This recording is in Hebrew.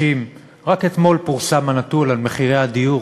רק אתמול פורסם הנתון על מחירי הדיור